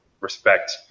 respect